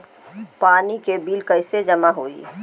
पानी के बिल कैसे जमा होयी?